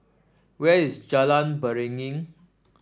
where is Jalan Beringin